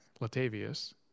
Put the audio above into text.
Latavius